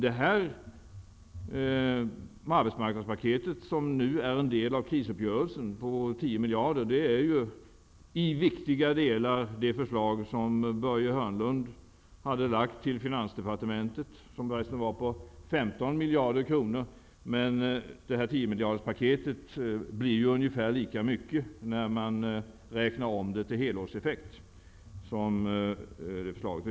Det arbetsmarknadspaket på tio miljarder kronor som nu är en del av krisuppgörelsen är ju i viktiga delar det förslag som Börje Hörnlund hade lagt fram till finansdepartementet. Det var förresten på femton miljarder kronor. Men tiomiljaderspaket blir ungefär lika mycket när man räknar om det till helårseffekt.